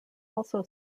also